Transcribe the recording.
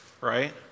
right